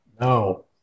No